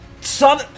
Son-